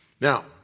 Now